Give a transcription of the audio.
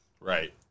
right